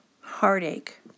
heartache